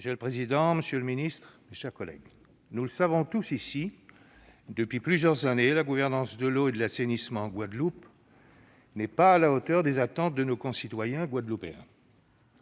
Monsieur le président, monsieur le ministre, mes chers collègues, nous le savons tous ici : depuis plusieurs années, la gouvernance de l'eau et de l'assainissement en Guadeloupe n'est pas à la hauteur des attentes de nos concitoyens guadeloupéens.